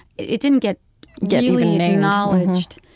it didn't get get really acknowledged.